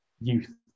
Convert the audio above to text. youth